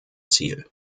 ziel